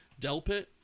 Delpit